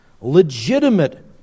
legitimate